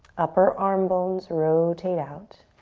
upper arm bones rotate out.